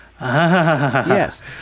Yes